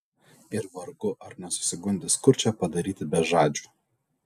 ir vargu ar nesusigundys kurčią padaryti bežadžiu